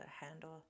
handle